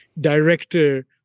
Director